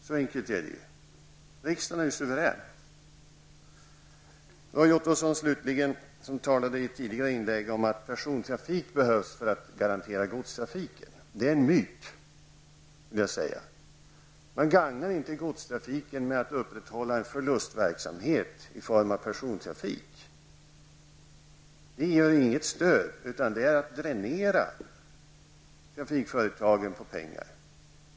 Så enkelt är det. Riksdagen är suverän. Det är en myt. Man gagnar inte godstrafiken med att upprätthålla en förlustverksamhet i form av persontrafik. Det är inget stöd, utan det är att dränera trafikföretagen på pengar.